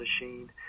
machine